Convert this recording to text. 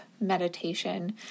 meditation